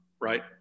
right